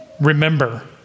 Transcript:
remember